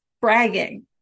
bragging